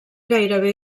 gairebé